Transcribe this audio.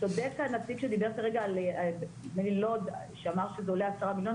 צודק הנציג שדיבר כרגע ואמר שזה עולה עשרה מיליון.